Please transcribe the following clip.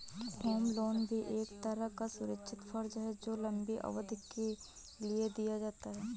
home loan भी एक तरह का सुरक्षित कर्ज है जो लम्बी अवधि के लिए दिया जाता है